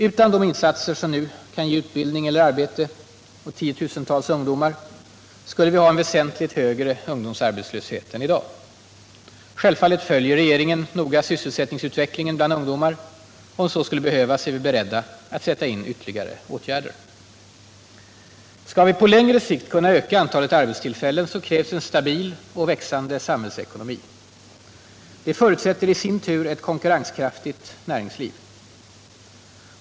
Utan de insatser som nu kan ge ut för att främja sysselsättningen bildning eller arbete åt tiotusentals ungdomar skulle vi ha en väsentligt högre ungdomsarbetslöshet än i dag. Självfallet följer regeringen noga sysselsättningsutvecklingen bland ungdomar, och om så skulle behövas är vi beredda att sätta in ytterligare åtgärder. Skall vi på längre sikt kunna öka antalet arbetstillfällen, krävs det en stabil och växande samhällsekonomi. Det förutsätter i sin tur ett konkurrenskraftigt näringsliv.